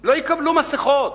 לא יקבלו מסכות.